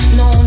no